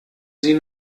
sie